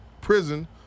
Prison